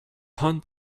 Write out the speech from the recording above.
hunt